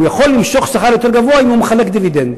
הוא יכול למשוך שכר יותר גבוה אם הוא מחלק דיבידנד.